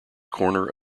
corner